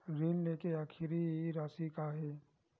ऋण लेके आखिरी राशि का हे?